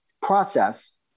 process